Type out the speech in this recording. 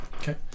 Okay